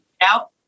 out